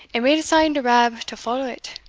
and made a sign to rab to follow it.